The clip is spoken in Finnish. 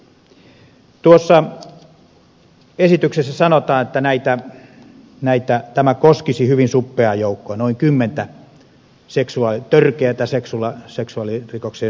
tuossa esityksessä sanotaan että tämä koskisi hyvin suppeaa joukkoa noin kymmentä törkeään seksuaalirikokseen syyllistynyttä vuosittain